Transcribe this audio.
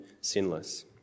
sinless